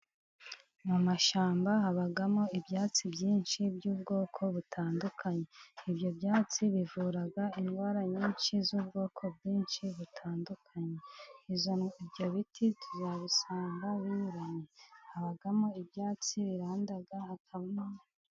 Mu mashyamba habamo ibyatsi byinshi by'ubwoko butandukanye; ibyo byatsi bivura indwara nyinshi z'ubwoko bwinshi butandukanye, ibyo biti tuzabisanga binyuranye: habamo ibyatsi biranda, hakababamo...